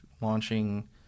launching